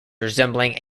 resembling